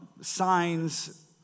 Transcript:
signs